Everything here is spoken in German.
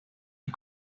die